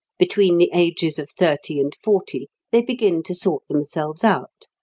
between the ages of thirty and forty they begin to sort themselves out.